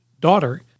daughter